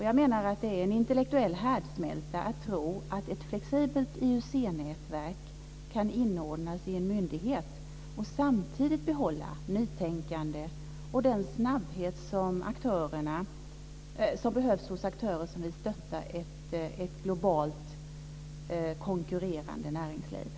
Jag menar att det är en intellektuell härdsmälta att tro att ett flexibelt IUC-nätverk kan inordnas i en myndighet och samtidigt behålla nytänkande och den snabbhet som behövs hos aktörer som vill stötta ett globalt konkurrerande näringsliv.